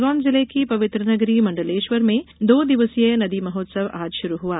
खरगोन जिले की पवित्र नगरी मंडलेश्वर में दो दिवसीय नदी महोत्सव आज शुरू हुआ